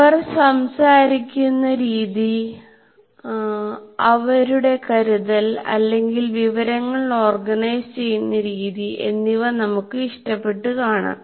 അവർ സംസാരിക്കുന്ന രീതിഅവരുടെ കരുതൽ അല്ലെങ്കിൽ വിവരങ്ങൾ ഓർഗനൈസുചെയ്യുന്ന രീതി എന്നിവ നമുക്ക് ഇഷ്ടപ്പെട്ടു കാണാം